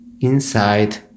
inside